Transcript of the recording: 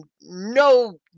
no